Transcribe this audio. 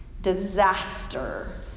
disaster